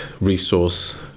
resource